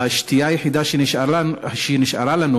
והשתייה היחידה שנשארה לנו